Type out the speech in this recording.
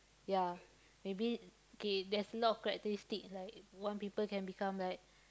ya maybe okay there's a lot of characteristic like one people can become like